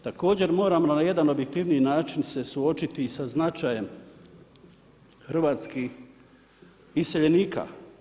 Također moram na jedan objektivniji način se suočiti sa značajem hrvatskih iseljenika.